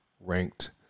ranked